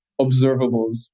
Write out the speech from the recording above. observables